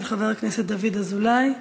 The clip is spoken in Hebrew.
של חבר הכנסת דוד אזולאי.